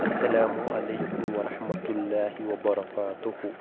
اَسَلامُ علیکُم وَرحمتُہ اللہ وَبَرَکاتُہُ